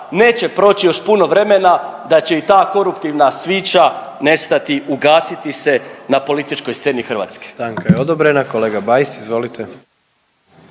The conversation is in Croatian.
neće proći još puno vremena da će i ta koruptivna svića nestati, ugasiti se na političkoj sceni Hrvatske.